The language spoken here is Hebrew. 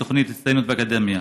בתוכנית הצטיינות באקדמיה.